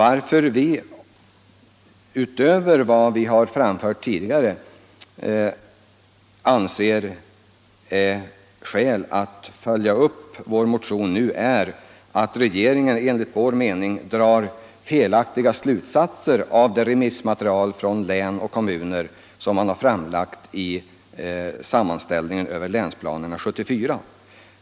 Anledningen till att vi anser att det finns skäl att nu följa upp vår motion är att regeringen enligt vår mening drar felaktiga slutsatser av det remissmaterial från län och kommuner som framlagts i sammanställningen över länsplanering 1974.